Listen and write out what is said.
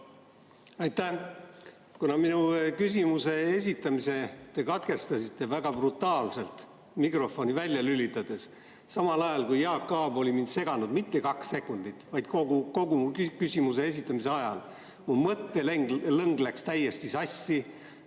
Aitäh! Te minu küsimuse esitamise katkestasite väga brutaalselt mikrofoni välja lülitades, samal ajal kui Jaak Aab oli mind seganud mitte kaks sekundit, vaid kogu küsimuse esitamise aja, ja mu mõttelõng läks täiesti sassi.